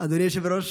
אדוני היושב-ראש.